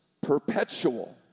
perpetual